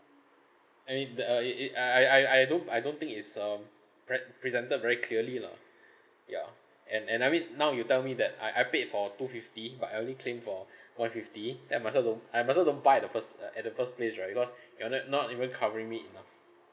I mean the uh it it I I I I don't I don't think it's um pre~ presented very clearly lah ya and and I mean now you tell me that I I paid for two fifty but I only claim for one fifty then I might as well don't I might as well don't buy at the first uh at the first place right because you're not not even covering me enough